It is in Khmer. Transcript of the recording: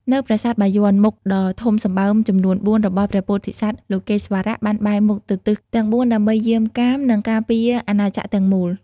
នៅប្រាសាទបាយ័ន មុខដ៏ធំសម្បើមចំនួនបួនរបស់ព្រះពោធិសត្វលោកេស្វរៈបានបែរមុខទៅទិសទាំងបួនដើម្បីយាមកាម និងការពារអាណាចក្រទាំងមូល។